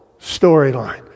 storyline